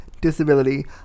disability